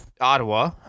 Ottawa